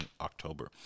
October